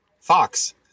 Fox